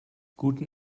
guten